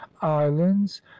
islands